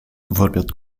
bijvoorbeeld